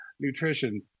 nutrition